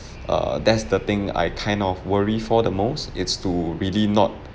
err that's the thing I kind of worry for the most it's to really not